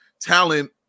talent